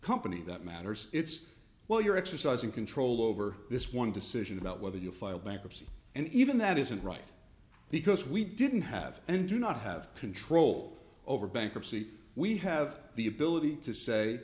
company that matters it's well you're exercising control over this one decision about whether you file bankruptcy and even that isn't right because we didn't have and do not have control over bankruptcy we have the ability to say